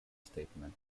statement